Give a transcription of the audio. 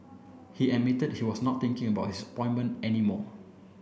he admitted he was not thinking about his appointment any more